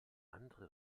andere